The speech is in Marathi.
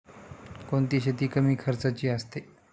कोणती शेती कमी खर्चाची असते?